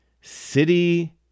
City